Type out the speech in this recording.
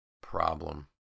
problem